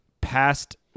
past